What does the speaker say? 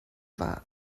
war